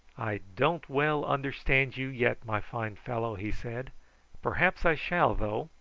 i don't well understand you yet, my fine fellow, he said perhaps i shall, though,